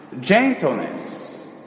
gentleness